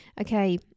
Okay